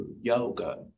yoga